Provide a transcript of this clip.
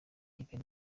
n’ikipe